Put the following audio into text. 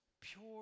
pure